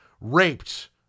raped